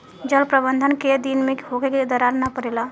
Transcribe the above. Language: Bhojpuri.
जल प्रबंधन केय दिन में होखे कि दरार न परेला?